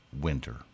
winter